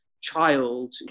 child